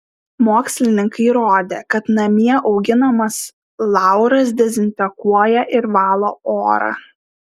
mokslininkai įrodė kad namie auginamas lauras dezinfekuoja ir valo orą